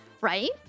Right